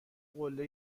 قله